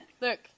Look